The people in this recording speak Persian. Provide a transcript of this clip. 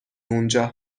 اونجا